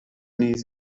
نیز